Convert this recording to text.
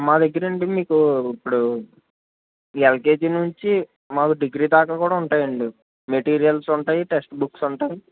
మా దగ్గర అండి మీకు ఇప్పుడు ఎల్కేజీ నుంచి మాకు డిగ్రీ దాకా కూడా ఉంటాయండి మెటీరియల్స్ ఉంటాయి టెక్స్ట్ బుక్స్ ఉంటాయి